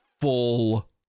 full